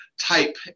type